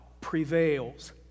prevails